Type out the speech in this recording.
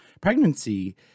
pregnancy